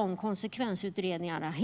ha konsekvensutredningar.